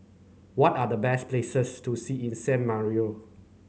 what are the best places to see in San Marino